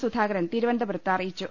സുധാകരൻ തിരുവനന്തപുരത്ത് അറിയിച്ചു